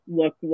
look